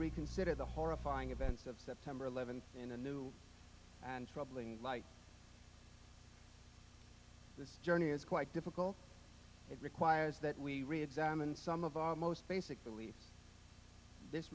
reconsider the horrifying events of september eleventh in a new and troubling light this journey is quite difficult it requires that we reexamine some of our most basic beliefs this